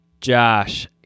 Josh